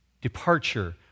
departure